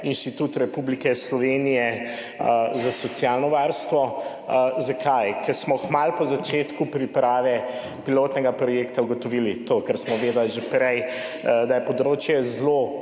Inštitut Republike Slovenije za socialno varstvo. Zakaj? Ker smo kmalu po začetku priprave pilotnega projekta ugotovili to, kar smo vedeli že prej – da je področje zelo